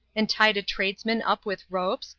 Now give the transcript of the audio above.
and tied a tradesman up with ropes,